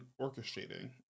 orchestrating